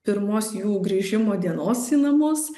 pirmos jų grįžimo dienos į namus